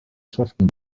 schriften